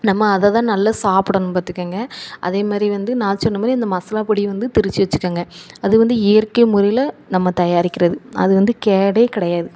நம்ம அதை தான் நல்லா சாப்பிடணும் பார்த்துக்கோங்க அதே மாதிரி வந்து நான் சொன்ன மாரி அந்த மசாலா பொடி வந்து திரித்து வச்சிக்கோங்க அது வந்து இயற்கை முறையில் நம்ம தயாரிக்கின்றது அது வந்து கேடு கிடையாது